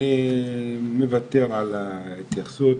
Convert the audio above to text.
אני מוותר על ההתייחסות,